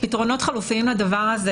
פתרונות חלופיים לדבר הזה,